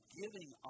giving